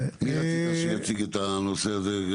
מי רצית שיציג את הנושא הזה?